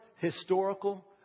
historical